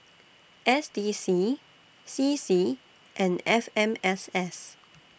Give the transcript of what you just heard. S D C C C and F M S S